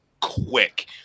quick